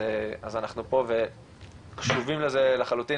אז אנחנו פה וקשובים לזה לחלוטין,